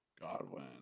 Godwin